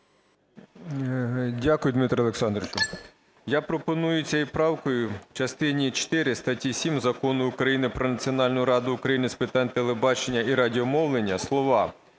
Дякую, Дмитре Олександровичу. Я пропоную цією правкою в частині чотири статті 7 Закону України "Про Національну раду України з питань телебачення і радіомовлення" слова